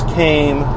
came